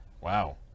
Wow